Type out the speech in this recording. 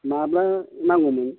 माब्ला नांगौमोन